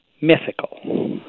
mythical